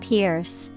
Pierce